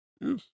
yes